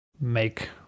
make